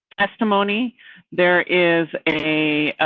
testimony there is a.